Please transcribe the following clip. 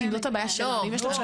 אתה לא תאפשר למיזמים חדשים.